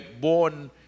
born